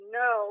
no